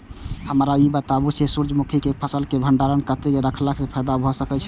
हमरा ई बतायल जाए जे सूर्य मुखी केय फसल केय भंडारण केय के रखला सं फायदा भ सकेय छल?